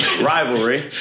rivalry